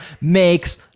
makes